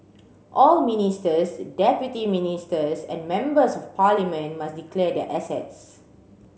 all ministers deputy ministers and members of parliament must declare their assets